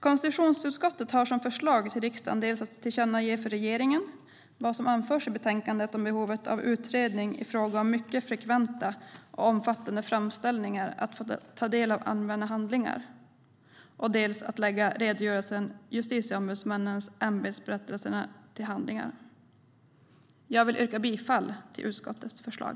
Konstitutionsutskottet har som förslag att riksdagen dels tillkännager för regeringen vad som anförs i betänkandet om behovet av utredning i fråga om mycket frekventa och omfattande framställningar om att få ta del av allmänna handlingar, dels lägger redogörelsen Justitieombudsmännens ämbetsberättelse till handlingarna. Jag vill yrka bifall till utskottets förslag.